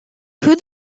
who